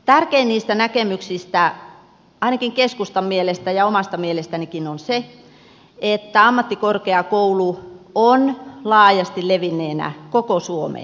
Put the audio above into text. tärkein niistä näkemyksistä ainakin keskustan mielestä ja omasta mielestänikin on se että ammattikorkeakoulu on laajasti levinneenä koko suomeen